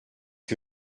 que